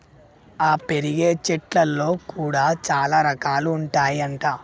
ఆ పెరిగే చెట్లల్లో కూడా చాల రకాలు ఉంటాయి అంట